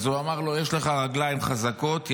הוא אמר: יש לך רגליים חזקות,